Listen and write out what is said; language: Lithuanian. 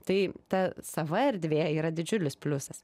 tai ta sava erdvė yra didžiulis pliusas